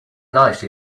nice